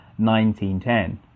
1910